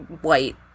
white